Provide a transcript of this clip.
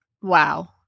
Wow